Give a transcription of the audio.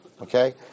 okay